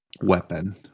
weapon